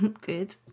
Good